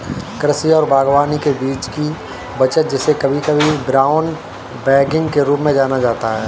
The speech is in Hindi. कृषि और बागवानी में बीज की बचत जिसे कभी कभी ब्राउन बैगिंग के रूप में जाना जाता है